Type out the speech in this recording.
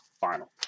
final